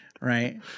right